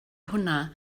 hwnna